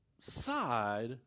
side